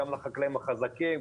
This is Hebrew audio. גם לחקלאים החזקים,